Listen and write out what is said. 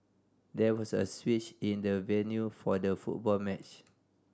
there was a switch in the venue for the football match